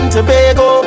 Tobago